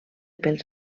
pels